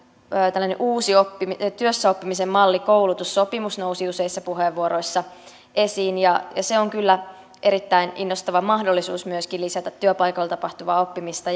tällainen uusi työssäoppimisen malli koulutussopimus nousi useissa puheenvuoroissa esiin ja se on kyllä erittäin innostava mahdollisuus myöskin lisätä työpaikoilla tapahtuvaa oppimista